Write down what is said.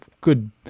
good